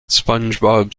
spongebob